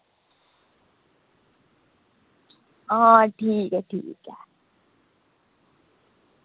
आं ठीक ऐ ठीक ऐ